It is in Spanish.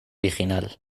original